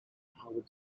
howard